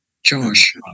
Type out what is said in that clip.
Josh